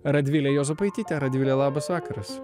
radvilė juozapaitytė radvile labas vakaras